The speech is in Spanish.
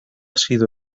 sido